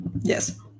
Yes